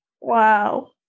wow